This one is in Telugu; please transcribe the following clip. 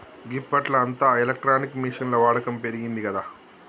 గిప్పట్ల అంతా ఎలక్ట్రానిక్ మిషిన్ల వాడకం పెరిగిందిగదా